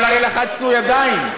אבל הרי לחצנו ידיים,